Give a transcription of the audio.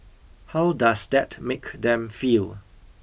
how does that make them feel